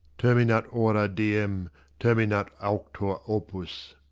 terminat hora diem terminat auctor opus.